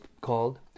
called